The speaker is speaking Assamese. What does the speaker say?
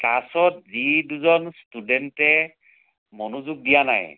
ক্লাছত যি দুজন ষ্টুডেণ্টে মনোযোগ দিয়া নাই